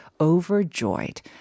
overjoyed